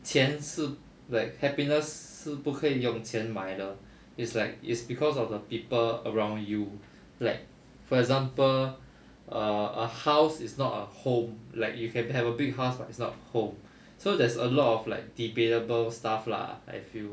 钱是 like happiness 是不可以用钱买的 is like it's cause of the people around you like for example a a house is not a home like you can have a big house but it's not home so there's a lot of like debatable stuff lah I feel